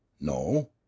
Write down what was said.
No